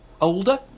older